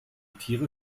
tiere